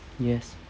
yes